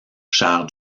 cher